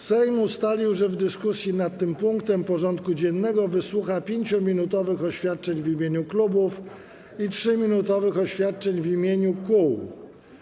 Sejm ustalił, że w dyskusji nad tym punktem porządku dziennego wysłucha 5-minutowych oświadczeń w imieniu klubów i 3-minutowych oświadczeń w imieniu kół.